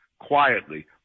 quietly